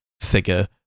figure